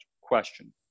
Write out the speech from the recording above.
question